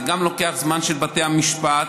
זה גם לוקח מהזמן של בתי המשפט,